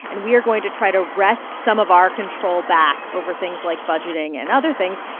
and we are going to try to wrest some of our control back over things like budgeting and other things.